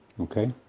Okay